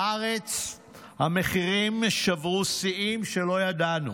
בארץ המחירים שברו שיאים שלא ידענו.